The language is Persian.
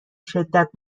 شدت